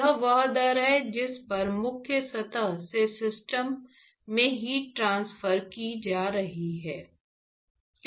यह वह दर है जिस पर प्रमुख सतह से सिस्टम में हीट ट्रांसफर की जा रही है